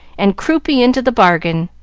and croupy into the bargain!